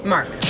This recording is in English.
Mark